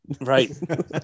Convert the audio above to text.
Right